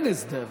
אין הסדר.